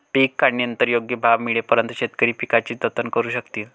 पीक काढणीनंतर योग्य भाव मिळेपर्यंत शेतकरी पिकाचे जतन करू शकतील